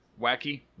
wacky